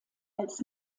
als